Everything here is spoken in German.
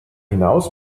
hinaus